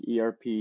ERP